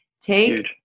Take